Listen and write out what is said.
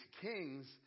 kings